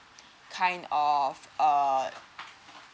kind of uh